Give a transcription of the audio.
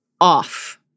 off